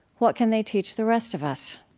what can they teach the rest of us?